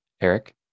Eric